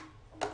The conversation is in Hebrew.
לא?